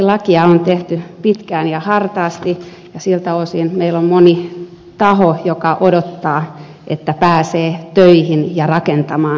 biopankkilakia on tehty pitkään ja hartaasti ja siltä osin meillä on moni taho joka odottaa että pääsee töihin ja rakentamaan biopankkeja